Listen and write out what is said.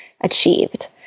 achieved